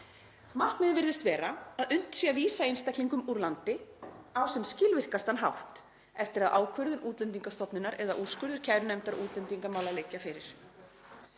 Markmiðið virðist vera að unnt sé að vísa einstaklingum úr landi á sem skilvirkastan hátt eftir að ákvörðun Útlendingastofnunar eða úrskurður kærunefndar útlendingamála liggur fyrir.